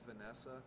Vanessa